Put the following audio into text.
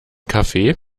kaffee